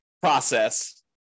process